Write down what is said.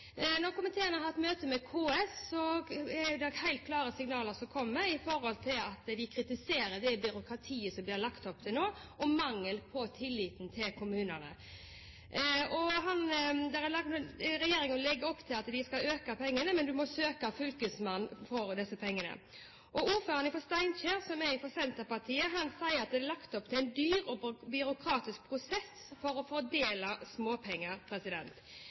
Når komiteen har møte med KS, er det helt klare signaler som kommer – de kritiserer det byråkratiet som det blir lagt opp til nå, og mangelen på tillit til kommunene. Regjeringen legger opp til at de skal øke bevilgningene, men man må søke fylkesmannen om disse pengene. Ordføreren fra Steinkjer, som er fra Senterpartiet, sier at det er lagt opp til en dyr og byråkratisk prosess for å fordele småpenger.